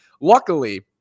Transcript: Luckily